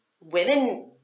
Women